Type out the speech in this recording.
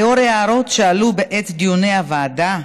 לאור הערות שעלו בעת דיוני הוועדה,